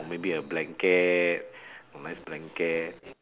or maybe a blanket a nice blanket